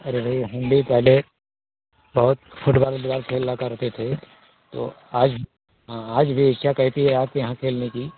अरे भई हम भी पहले बहुत फ़ुटबाल उटबाल खेला करते थे तो आज हाँ आज भी इच्छा कहती है आपके यहाँ खेलने की